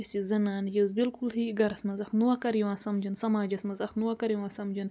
یُس یہِ زنان یہِ ٲس بلکُلہٕے گَرس منٛز اکھ نوکر یِوان سمجھِنۍ سماجس منٛز اکھ نوکر یِوان سمجھَنہٕ